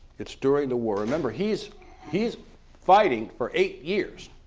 it's during the war. remember, he's he's fighting for eight year,